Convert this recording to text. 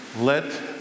let